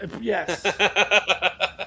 Yes